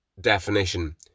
definition